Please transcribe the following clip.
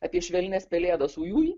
apie švelnias pelėdas uj uj